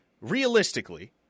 realistically